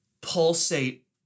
pulsate